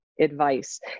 advice